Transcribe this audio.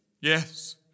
Yes